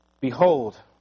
behold